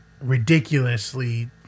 ridiculously